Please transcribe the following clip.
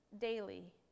daily